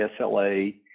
SLA